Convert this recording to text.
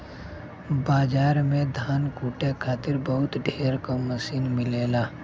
बाजार में धान कूटे खातिर बहुत ढेर क मसीन मिलेला